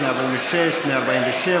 של חבר הכנסת יצחק הרצוג לסעיף 1 לא נתקבלה.